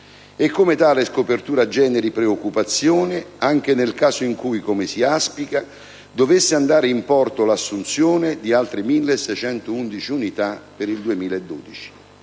e come tale scopertura generi preoccupazione anche nel caso in cui - come si auspica - dovesse andare in porto l'assunzione di altre 1.611 unità per il 2012.